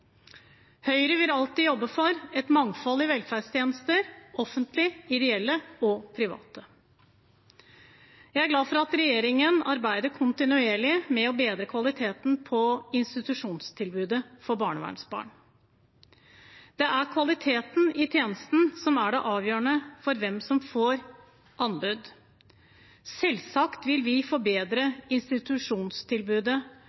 Høyre vil alltid jobbe for et mangfold i velferdstjenester – offentlige, ideelle og private. Jeg er glad for at regjeringen arbeider kontinuerlig med å bedre kvaliteten på institusjonstilbudet for barnevernsbarn. Det er kvaliteten i tjenesten som er det avgjørende for hvem som får et anbud. Selvsagt vil vi